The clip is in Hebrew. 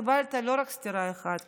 קיבלת לא רק סטירה אחת,